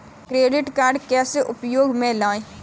Credit card कैसे उपयोग में लाएँ?